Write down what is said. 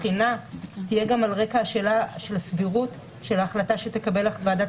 בחינה תהיה גם על רקע השאלה של הסבירות של ההחלטה שתקבל ועדת